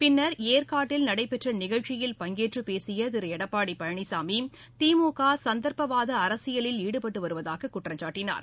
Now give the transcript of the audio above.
பின்னர் ஏற்காட்டில் நடைபெற்ற நிகழ்ச்சியில் பங்கேற்று பேசிய திரு எடப்பாடி பழனிசாமி திமுக சந்தர்ப்பவாத அரசியலில் ஈடுபட்டு வருவதாக குற்றம்சாட்டினார்